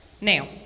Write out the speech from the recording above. Now